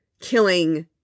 killing